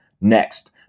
Next